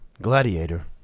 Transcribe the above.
Gladiator